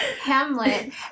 Hamlet